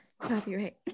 Copyright